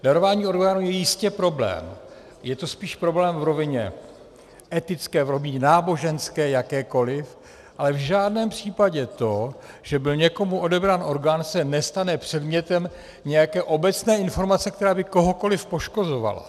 Darování orgánů je jistě problém, je to spíš problém v rovině etické, v rovině náboženské, jakékoliv, ale v žádném případě to, že byl někomu odebrán orgán, se nestane předmětem nějaké obecné informace, která by kohokoliv poškozovala.